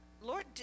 Lord